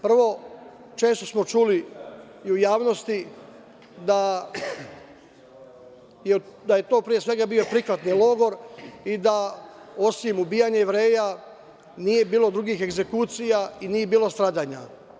Prvo, često smo čuli i u javnosti da je to pre svega bio prihvatni logor i da osim ubijanja Jevreja nije bilo drugih egzekucija i nije bilo stradanja.